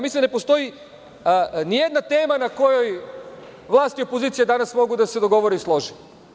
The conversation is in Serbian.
Mislim da ne postoji ni jedna tema na kojoj vlast i opozicija danas mogu da se dogovore i slože.